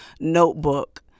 notebook